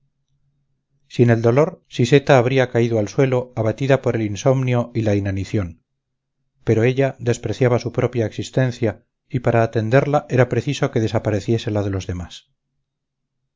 sin el dolor siseta habría caído al suelo abatida por el insomnio y la inanición pero ella despreciaba su propia existencia y para atenderla era preciso que desapareciese la de los demás